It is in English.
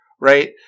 right